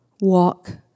walk